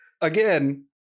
Again